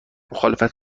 مخالفت